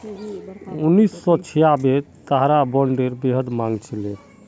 उन्नीस सौ छियांबेत सहारा बॉन्डेर बेहद मांग छिले